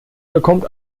bekommt